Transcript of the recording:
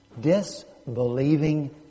disbelieving